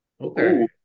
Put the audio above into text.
okay